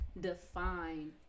define